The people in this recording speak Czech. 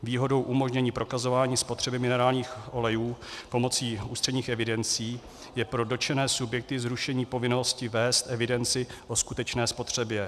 Výhodou umožnění prokazování spotřeby minerálních olejů pomocí ústředních evidencí je pro dotčené subjekty zrušení povinnosti vést evidenci o skutečné spotřebě.